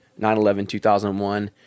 9-11-2001